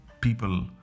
people